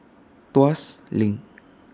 Tuas LINK